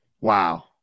Wow